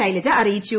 ശൈലജ അറിയിച്ചു